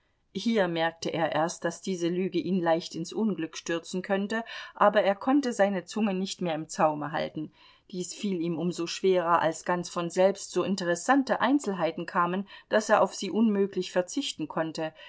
hier merkte er erst daß diese lüge ihn leicht ins unglück stürzen könnte aber er konnte seine zunge nicht mehr im zaume halten dies fiel ihm um so schwerer als ganz von selbst so interessante einzelheiten kamen daß er auf sie unmöglich verzichten konnte